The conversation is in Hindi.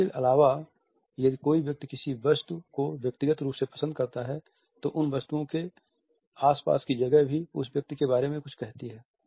इसके अलावा यदि कोई व्यक्ति किसी वस्तु को व्यक्तिगत रूप से पसंद करता है तो उन वस्तुओं के आसपास की जगह भी उस व्यक्ति के बारे में कुछ कहती है